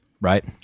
right